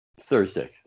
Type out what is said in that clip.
Thursday